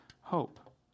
hope